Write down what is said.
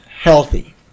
healthy